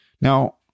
Now